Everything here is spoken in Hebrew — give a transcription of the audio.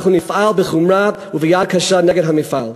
אנחנו נפעל בחומרה וביד קשה נגד המפעל.